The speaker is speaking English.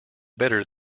better